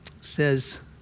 says